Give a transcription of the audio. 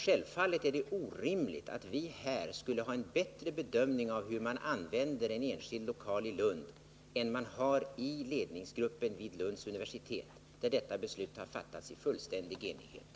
Självfallet är det orimligt att vi här bättre än ledningsgruppen vid Lunds universitet — där detta beslut har fattats i full enighet — skall kunna bedöma hur man bör använda en enskild lokal i Lund.